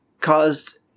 caused